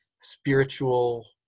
spiritual